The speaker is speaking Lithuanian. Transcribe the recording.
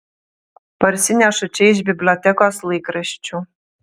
parsinešu čia iš bibliotekos laikraščių